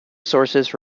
sources